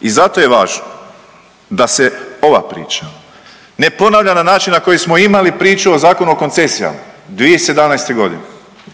I zato je važno da se ova priča ne ponavlja na način na koji smo imali priču o Zakonu o koncesijama 2017. godine.